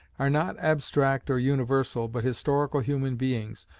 are not abstract or universal but historical human beings,